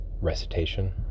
recitation